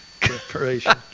preparation